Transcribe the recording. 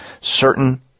certain